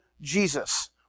Jesus